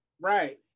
Right